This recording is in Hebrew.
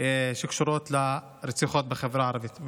שקשורות לרציחות בחברה הערבית.